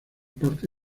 parte